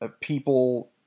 people